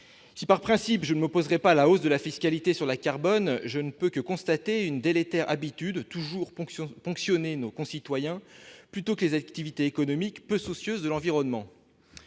Si, par principe, je ne m'opposerai pas à la hausse de la fiscalité sur le carbone, je ne peux que constater une délétère habitude, qui est de toujours ponctionner nos concitoyens plutôt que les activités économiques peu soucieuses de l'environnement.